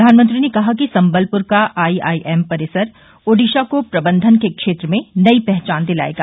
प्रधानमंत्री ने कहा कि संबलपुर का आईआईएम परिसर ओडिशा को प्रबंधन के क्षेत्र में नई पहचान दिलायेगा